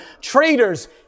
traitors